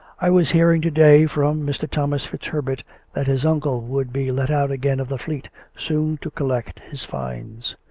i was hearing to-day from mr. thomas fitzherbert that his uncle would be let out again of the fleet soon to collect his fines.